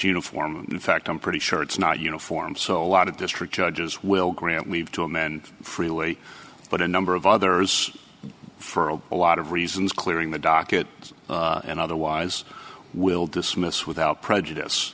uniform in fact i'm pretty sure it's not uniform so a lot of district judges will grant leave to amend freely but a number of others for a lot of reasons clearing the docket and otherwise will dismiss without prejudice